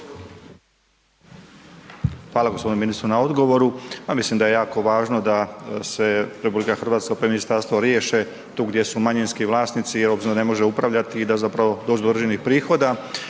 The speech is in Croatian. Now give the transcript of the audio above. Hvala gospodinu ministru na odgovoru. Pa mislim da je jako važno da se RH pa i ministarstvo riješe tu gdje su manjinski vlasnici obzirom da ne može upravljati i da zapravo dođu do određenih prihoda,